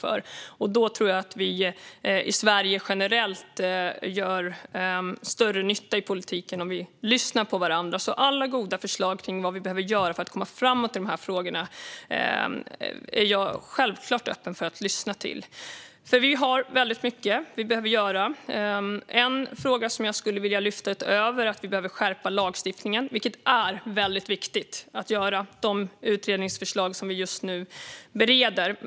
Därför tror jag att vi i Sverige generellt gör större nytta i politiken om vi lyssnar på varandra. Alla goda förslag om vad vi behöver göra för att komma framåt i de här frågorna är jag självklart öppen för att lyssna till. Vi har väldigt mycket som vi behöver göra. Det finns en fråga som jag skulle vilja lyfta utöver att vi behöver skärpa lagstiftningen, vilket är viktigt att göra med de utredningsförslag som vi just nu bereder.